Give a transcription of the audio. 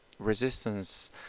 resistance